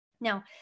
Now